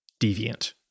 deviant